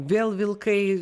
vėl vilkai